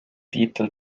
tiitel